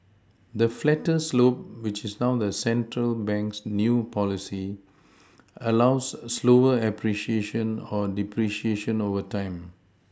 the flatter slope which is now the central bank's new policy allows slower appreciation or depreciation over time